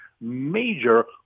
major